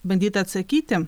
bandyta atsakyti